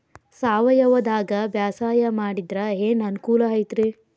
ಸಾವಯವದಾಗಾ ಬ್ಯಾಸಾಯಾ ಮಾಡಿದ್ರ ಏನ್ ಅನುಕೂಲ ಐತ್ರೇ?